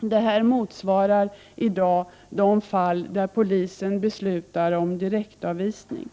Det här motsvarar i dag de fall där polisen beslutar om direktavvisning.